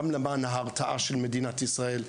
גם למען ההרתעה של מדינת ישראל,